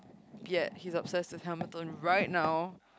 ya he's obsessed with hammer tone right now